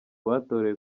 batorewe